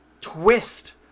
twist